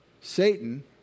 Satan